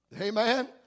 Amen